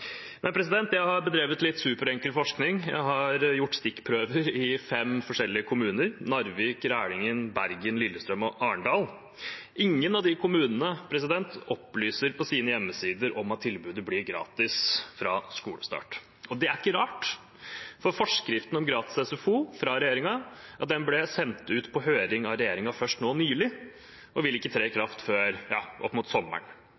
Jeg har bedrevet litt superenkel forskning. Jeg har tatt stikkprøver i fem forskjellige kommuner: Narvik, Rælingen, Bergen, Lillestrøm og Arendal. Ingen av de kommunene opplyser på sine hjemmesider om at tilbudet blir gratis fra skolestart. Det er ikke rart, for forskriften om gratis SFO fra regjeringen ble sendt ut på høring av regjeringen først nå nylig og vil ikke tre i kraft før opp mot sommeren.